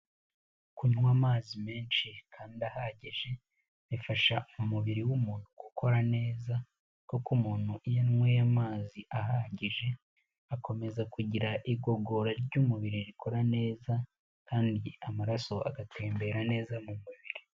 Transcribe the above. Kunywa amazi menshi kandi ahagije bifasha umubiri w'umuntu gukora neza, kuko umuntu iyo anyweye amazi ahagije akomeza kugira igogora ry'umubiri rikora neza, kandi amaraso agatembera neza mu mubiri.